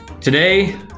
Today